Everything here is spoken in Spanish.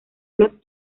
los